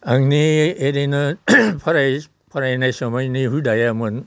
आंनि एरैनो फरायनाय समनि हुदायामोन